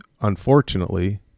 unfortunately